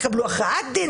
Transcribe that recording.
תקבלו הכרעת דין,